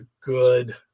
good